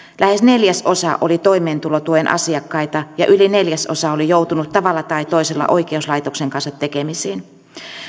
lähes neljäsosa oli toimeentulotuen asiakkaita ja yli neljäsosa oli joutunut tavalla tai toisella oikeuslaitoksen kanssa tekemisiin